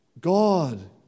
God